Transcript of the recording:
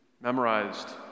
memorized